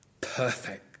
perfect